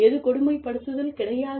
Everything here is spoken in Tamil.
எது கொடுமைப்படுத்துதல் கிடையாது